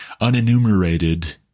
unenumerated